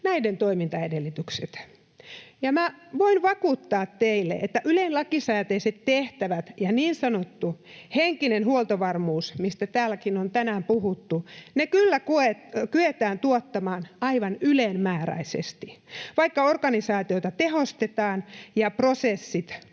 toimintaedellytykset. Ja voin vakuuttaa teille, että Ylen lakisääteiset tehtävät ja niin sanottu henkinen huoltovarmuus, mistä täälläkin on tänään puhuttu, kyllä kyetään tuottamaan aivan ylenmääräisesti, vaikka organisaatiota tehostetaan ja prosessit modernisoidaan.